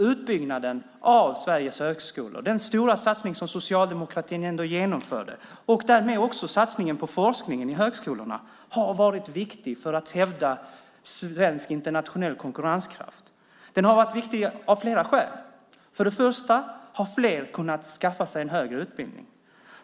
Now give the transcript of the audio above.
Utbyggnaden av Sveriges högskolor, den stora satsning som Socialdemokraterna ändå genomförde, och därmed också satsningen på forskningen i högskolorna har varit viktig för att hävda svensk internationell konkurrenskraft. Den har varit viktig av flera skäl. För det första har flera kunnat skaffa sig en högre utbildning.